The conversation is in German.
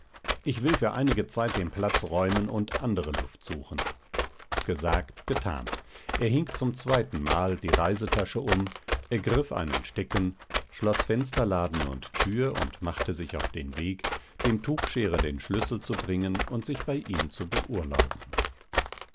ich will für einige zeit den platz räumen und andere luft suchen gesagt getan er hing zum zweiten mal die reisetasche um ergriff einen stecken schloß fensterladen und tür und machte sich auf den weg dem tuchscherer den schlüssel zu bringen und sich bei ihm zu beurlauben